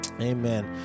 Amen